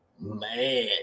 Man